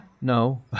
no